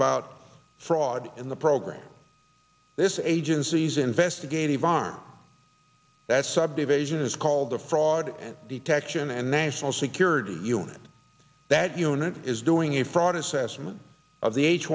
about fraud in the program this agency's investigative arm that subdivision is called the fraud detection and national security unit that unit is doing a fraud assessment of the h